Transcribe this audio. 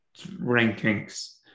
rankings